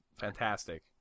fantastic